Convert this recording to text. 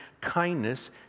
kindness